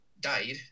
died